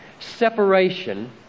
separation